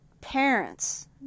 parents